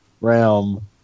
realm